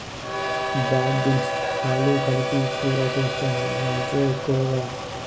broad beans ఆలు కలిపి కూర చేస్తాము మాఇంట్లో ఎక్కువగా